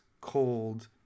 cold